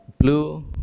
blue